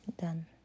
Done